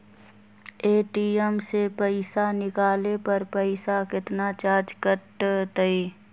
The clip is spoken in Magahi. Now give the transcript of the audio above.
ए.टी.एम से पईसा निकाले पर पईसा केतना चार्ज कटतई?